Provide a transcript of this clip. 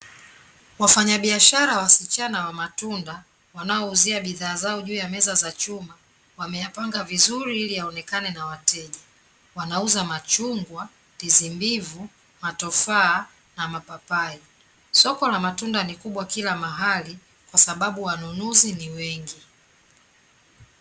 Wafanyabiashara wasichana wa matunda wanaouzia bidhaa zao juu ya meza za chuma, wameyapanga vizuri ili yaonekane na wateja. Wanauza machungwa, ndizi mbivu, matofaa na mapapai. Soko la matunda ni kubwa kila mahali kwasababu wanunuzi ni wengi.